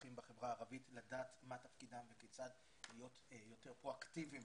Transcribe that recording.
אזרחים בחברה הערבית לדעת מה תפקידם וכיצד להיות יותר פרואקטיביים